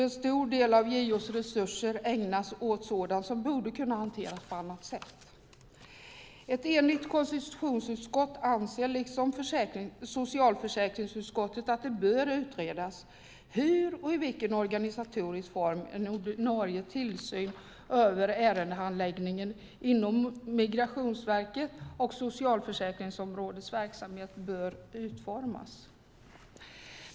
En stor del av JO:s resurser ägnas åt sådant som borde kunna hanteras på annat sätt. Ett enigt konstitutionsutskott liksom socialförsäkringsutskottet anser att det bör utredas hur och i vilken organisatorisk form en ordinarie tillsyn över ärendehandläggningen inom Migrationsverkets och socialförsäkringsområdets verksamheter bör utformas.